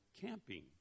camping